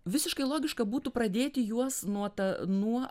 visiškai logiška būtų pradėti juos nuo ta nuo